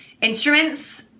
instruments